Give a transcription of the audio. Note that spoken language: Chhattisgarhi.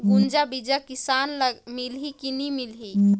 गुनजा बिजा किसान ल मिलही की नी मिलही?